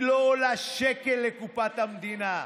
היא לא עולה שקל לקופת המדינה.